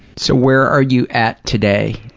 so, where are you at today?